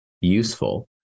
useful